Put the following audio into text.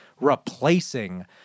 replacing